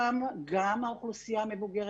שם גם האוכלוסייה מבוגרת,